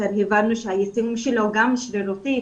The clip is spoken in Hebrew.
כאשר הבנו שהיישום שלו גם שרירותי.